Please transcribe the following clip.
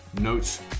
Notes